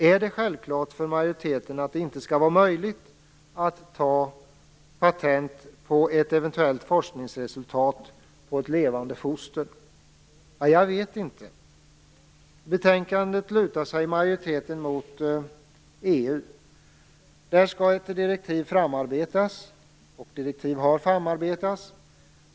Är det självklart för majoriteten att det inte skall vara möjligt att ta patent på ett eventuellt forskningsresultat från ett levande foster? Ja, jag vet inte. I betänkandet lutar sig majoriteten mot EU. Där har ett direktiv framarbetats.